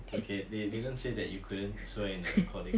is okay they didn't say that you couldn't swear in the recording